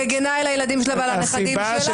מגנה על הילדים שלה ועל הנכדים שלה,